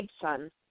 son